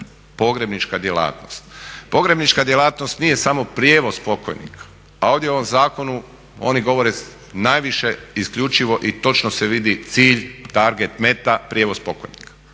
pogrebnička djelatnost. Pogrebnička djelatnost nije samo prijevoz pokojnika, a ovdje u ovom zakonu oni govore najviše isključivo i točno se vidi cilj, target, meta, prijevoz pokojnika.